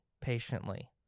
patiently